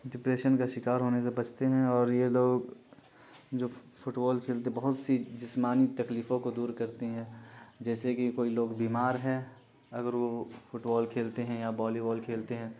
depression کا شکار ہونے سے بچتے ہیں اور یہ لوگ جو فٹ بال کھیلتے ہیں بہت سی جسمانی تکلیفوں کو دور کرتے ہیں جیسے کہ کوئی لوگ بیمار ہیں اگر وہ فٹ بال کھیلتے ہیں یا والی بال کھیلتے ہیں